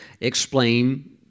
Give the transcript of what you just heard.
explain